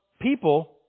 people